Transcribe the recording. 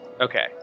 Okay